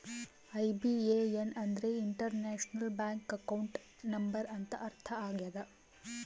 IBAN ಅಂದ್ರೆ international bank account number ಅಂತ ಅರ್ಥ ಆಗ್ಯದ